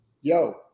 yo